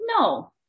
no